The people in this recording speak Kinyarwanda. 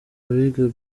abiga